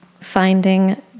Finding